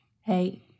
Hey